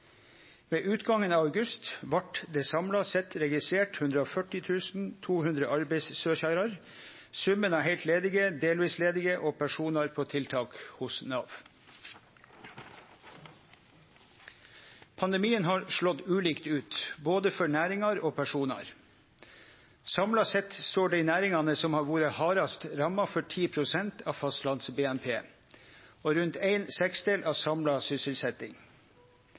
Ved utgangen av august var det samla sett registrert 140 200 arbeidssøkjarar, det vil seie summen av heilt ledige, delvis ledige og personar på tiltak, hos Nav. Pandemien har slått ulikt ut, både for næringar og personar. Samla sett står dei næringane som har vore hardast ramma, for 10 pst. av fastlands-BNP og rundt ein seksdel av samla